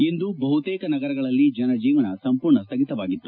ಇಂದು ಬಹುತೇಕ ನಗರಗಳಲ್ಲಿ ಜನಜೀವನ ಸಂಪೂರ್ಣ ಸ್ವಗಿತವಾಗಿತ್ತು